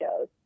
shows